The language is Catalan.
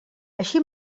així